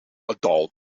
adult